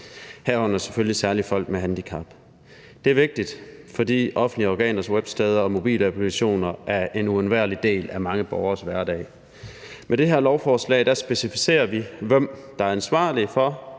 herunder selvfølgelig særlig folk med handicap. Det er vigtigt, fordi offentlige organers websteder og mobilapplikationer er en uundværlig del af mange borgeres hverdag. Med det her lovforslag specificerer vi, hvem der er ansvarlig for,